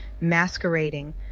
Masquerading